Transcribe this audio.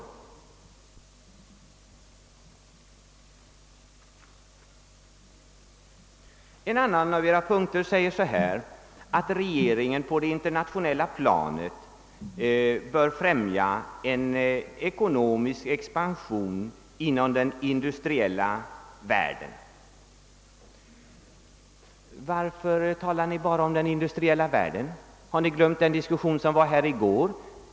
I en annan av era punkter sägs att regeringen på det internationella planet bör främja en ekonomisk expansion inom den industriella världen. Varför talar ni bara om den industriella världen? Har ni glömt den diskussion som fördes här i går?